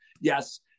Yes